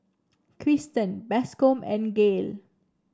Cristen Bascom and Gael